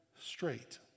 straight